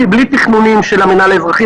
בלי תכנונים של המינהל האזרחי,